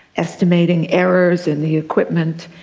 estimating errors in the equipment.